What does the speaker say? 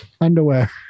underwear